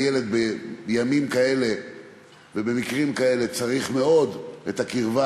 הילד בימים כאלה ובמקרים כאלה צריך מאוד את הקרבה